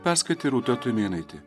perskaitė rūta tumėnaitė